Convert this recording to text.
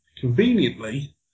conveniently